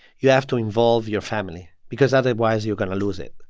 you have to involve your family because otherwise, you're going to lose it.